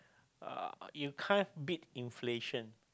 uh you can't beat inflation